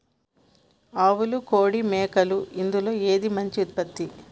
ఆవులు కోడి మేకలు ఇందులో ఏది మంచి ఉత్పత్తి?